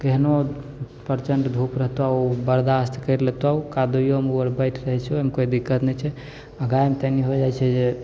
केहनो प्रचंड धूप रहतो ओ बर्दाश्त करि लेतो बैठ रहैत छै ओहिमे कोइ दिक्कत नहि छै आ गायमे तनी होय जाइत छै जे